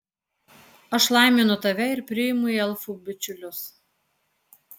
aš laiminu tave ir priimu į elfų bičiulius